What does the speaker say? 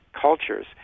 cultures